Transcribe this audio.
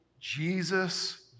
Jesus